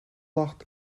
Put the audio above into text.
lacht